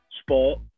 sport